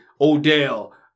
Odell